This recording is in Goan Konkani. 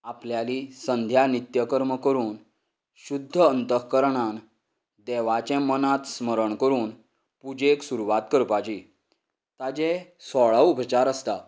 आपल्याली संध्या नित्यकर्म करून शुध्द अंतस्करणान देवाचें मनांत स्मरण करून पुजेक सुरवात करपाची ताजे सोळा उपचार आसतात